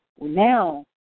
now